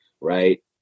right